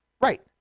Right